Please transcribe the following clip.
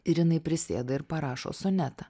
ir jinai prisėda ir parašo sonetą